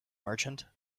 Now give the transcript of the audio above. merchant